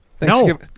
No